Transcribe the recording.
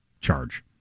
charge